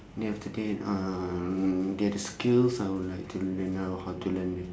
then after that uh the other skills I would like to learn I'll how to learn